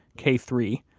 k three.